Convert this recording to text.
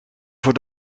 voor